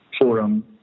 forum